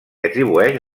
atribueix